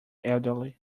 elderly